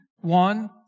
One